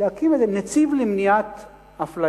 להקים במשרד החינוך איזה נציב למניעת אפליה.